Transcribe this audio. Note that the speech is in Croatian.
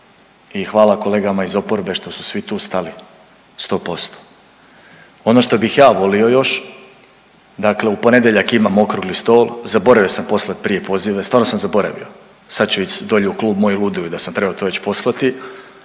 i hvala kolegama iz oporbe što su svi tu stali 100%. Ono što bih ja volio još, dakle u ponedjeljak imam okrugli stol, zaboravio sam poslati prije pozive, stvarno sam zaboravio, sad ću ići, dolje u klub moj luduju da sam trebao to već poslati.